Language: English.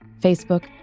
Facebook